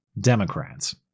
Democrats